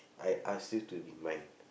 I ask you to be mine